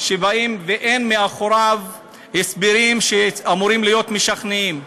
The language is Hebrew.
שבאים ואין מאחוריו הסברים שאמורים להיות משכנעים.